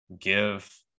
give